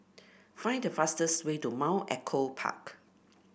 find the fastest way to Mount Echo Park